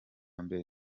mbere